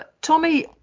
Tommy